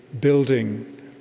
building